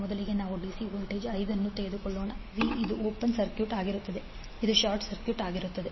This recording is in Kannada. ಮೊದಲಿಗೆ ನಾವು ಡಿಸಿ ವೋಲ್ಟೇಜ್ 5 ಅನ್ನು ತೆಗೆದುಕೊಳ್ಳೋಣ V ಇದು ಓಪನ್ ಸರ್ಕ್ಯೂಟ್ ಆಗಿರುತ್ತದೆ ಇದು ಶಾರ್ಟ್ ಸರ್ಕ್ಯೂಟ್ ಆಗಿರುತ್ತದೆ